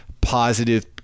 positive